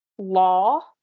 law